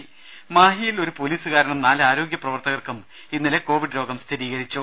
രേര മാഹിയിൽ ഒരു പോലീസുകാരനും നാല് ആരോഗ്യ പ്രവർത്തകർക്കും ഇന്നലെ കോവിഡ് രോഗം സ്ഥിരീകരിച്ചു